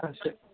ਅੱਛਾ